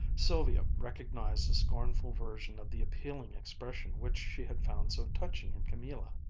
sylvia recognized a scornful version of the appealing expression which she had found so touching in camilla.